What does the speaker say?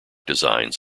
designs